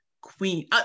queen